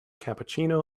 cappuccino